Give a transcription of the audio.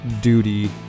duty